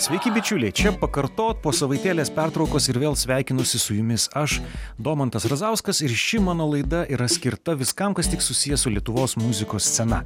sveiki bičiuliai čia pakartot po savaitėlės pertraukos ir vėl sveikinuosi su jumis aš domantas razauskas ir ši mano laida yra skirta viskam kas tik susiję su lietuvos muzikos scena